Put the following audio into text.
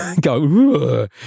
go